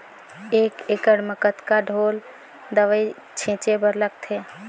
एक एकड़ म कतका ढोल दवई छीचे बर लगथे?